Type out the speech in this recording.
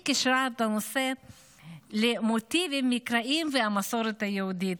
היא קישרה את הנושא למוטיבים מקראיים ולמסורת היהודית.